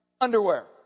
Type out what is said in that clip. underwear